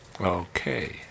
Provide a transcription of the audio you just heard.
Okay